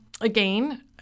again